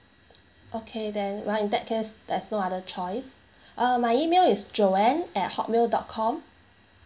okay then well in that case there's no other choice uh my email is joanne at hotmail dot com